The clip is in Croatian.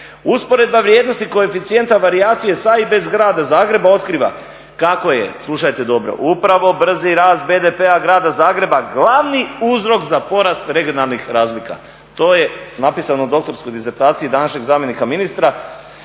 Usporedba vrijednosti koeficijenta varijacije sa i bez grada Zagreba otkriva kako je, slušajte dobro, upravo brzi rast BDP-a grada Zagreba glavni uzrok za porast regionalnih razlika. To je napisano u doktorskoj disertaciji današnjeg zamjenika ministra